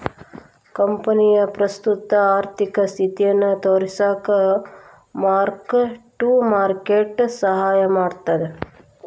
ಕಂಪನಿಯ ಪ್ರಸ್ತುತ ಆರ್ಥಿಕ ಸ್ಥಿತಿನ ತೋರಿಸಕ ಮಾರ್ಕ್ ಟು ಮಾರ್ಕೆಟ್ ಸಹಾಯ ಮಾಡ್ತದ